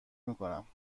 میکنم